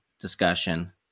discussion